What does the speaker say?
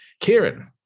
Kieran